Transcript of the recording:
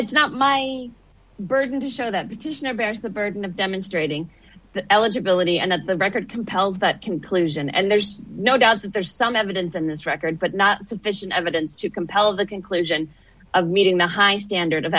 that's not my burden to show that petitioner bears the burden of demonstrating eligibility and that the record compels that conclusion and there's no doubt that there's some evidence in this record but not sufficient evidence to compel the conclusion of meeting the high standard of